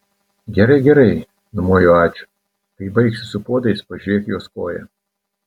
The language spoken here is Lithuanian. gerai gerai numojo ačiū kai baigsi su puodais pažiūrėk jos koją